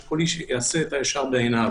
שכל איש יעשה את הישר בעיניו.